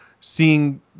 seeing